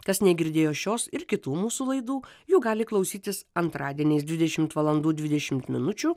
kas negirdėjo šios ir kitų mūsų laidų jų gali klausytis antradieniais dvidešimt valandų dvidešimt minučių